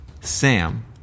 sam